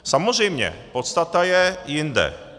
Samozřejmě, podstata je jinde.